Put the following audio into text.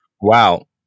Wow